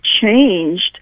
changed